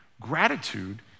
Gratitude